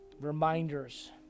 reminders